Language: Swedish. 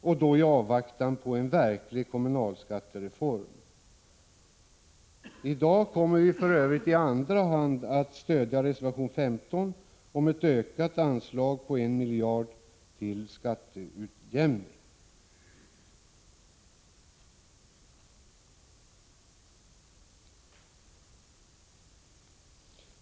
I dag kommer vi för övrigt i omröstningen att i andra hand stödja reservation 15, där det yrkas på ett ökat anslag till skatteutjämning med 1 miljard.